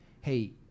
hey